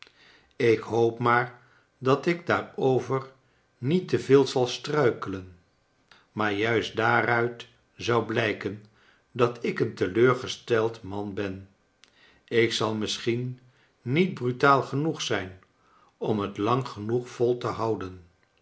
ik hoop maar dat ik daarover niet te veel zal struikelen maar jaist daaruit zou blijken dat ik een teleurgesteld man ben ik zal misschien niet brutaal genoeg zijn om het lang genoeg vol te houden